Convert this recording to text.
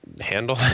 handle